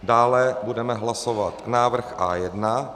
Dále budeme hlasovat návrh A1.